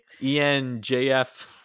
ENJF